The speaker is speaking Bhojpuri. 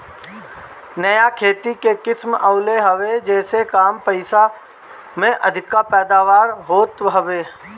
नया खेती के स्कीम आइल हवे जेसे कम पइसा में अधिका पैदावार होत हवे